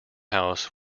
house